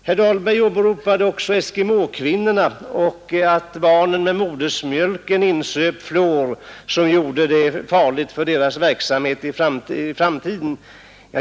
Herr Dahlberg åberopade också att eskimåkvinnornas barn med modersmjölken insöp fluor som utgjorde en fara för deras verksamhet i framtiden.